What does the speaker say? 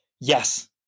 yes